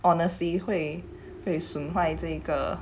honestly 会被损坏这个